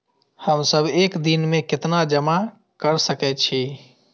हम सब एक दिन में केतना जमा कर सके छी?